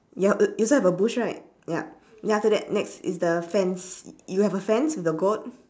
ya y~ you also have a bush right yup then after that next is the fence y~ you have a fence with the goat